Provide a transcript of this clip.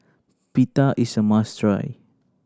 pita is a must try